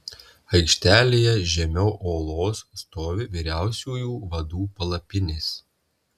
aikštelėje žemiau olos stovi vyriausiųjų vadų palapinės